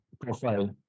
profile